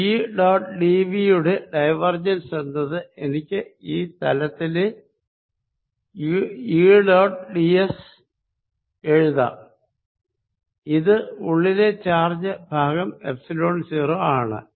E dot div യുടെ divergence എന്നത് എനിക്ക് തലത്തിലെ E1 ഡോട്ട് ഡിഎസ് എഴുതാം ഇത് ഉള്ളിലെ ചാർജ് ഭാഗം എപ്സിലോൺ 0 ആണ്